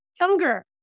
younger